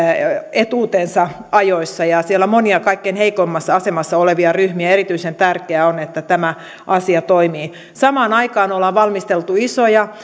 etuutensa ajoissa siellä on monia kaikkein heikoimmassa asemassa olevia ryhmiä ja erityisen tärkeää on että tämä asia toimii samaan aikaan ollaan valmisteltu isoja